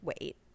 wait